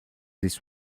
this